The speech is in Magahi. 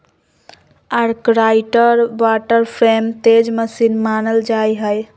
आर्कराइट वाटर फ्रेम तेज मशीन मानल जा हई